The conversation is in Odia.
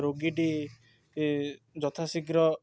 ରୋଗୀଟି ଯଥା ଶୀଘ୍ର